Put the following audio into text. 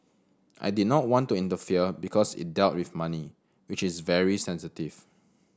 I did not want to interfere because it dealt with money which is very sensitive